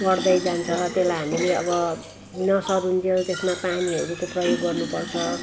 बढ्दै जान्छ त्यसलाई हामीले अब नसरुन्जेल त्यसमा पानीहरूको प्रयोग गर्नुपर्छ